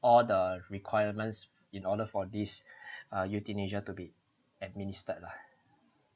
all the requirements in order for this uh euthanasia to be administered lah